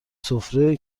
سفره